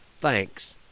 Thanks